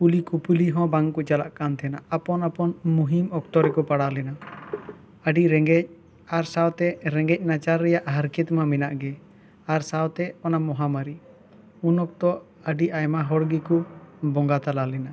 ᱠᱩᱞᱤ ᱠᱩᱯᱞᱤ ᱦᱚᱸ ᱵᱟᱝ ᱠᱚ ᱪᱟᱞᱟᱜ ᱠᱟᱱ ᱛᱟᱦᱮᱱᱟ ᱟᱯᱚᱱ ᱟᱯᱚᱱ ᱢᱩᱦᱤᱢ ᱚᱠᱛᱚ ᱨᱮ ᱠᱚ ᱯᱟᱲᱟᱣ ᱞᱮᱱᱟ ᱟᱹᱰᱤ ᱨᱮᱸᱜᱮᱡ ᱟᱨ ᱥᱟᱶᱛᱮ ᱨᱮᱸᱜᱮᱡ ᱱᱟᱪᱟᱨ ᱨᱮᱭᱟᱜ ᱦᱟᱨᱠᱮᱛ ᱢᱟ ᱢᱮᱱᱟᱜ ᱜᱮ ᱟᱨ ᱥᱟᱸᱣᱛᱮ ᱚᱱᱟ ᱢᱟᱦᱟᱢᱟᱨᱤ ᱩᱱ ᱚᱠᱛᱚ ᱟᱹᱰᱤ ᱟᱭᱢᱟ ᱦᱚᱲ ᱜᱮ ᱠᱩ ᱵᱚᱸᱜᱟ ᱛᱟᱞᱟ ᱞᱮᱱᱟ